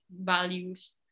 values